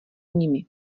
nimi